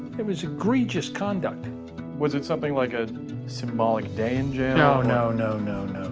it was egregious conduct was it something like a symbolic day in jail? no, no, no, no,